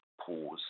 pause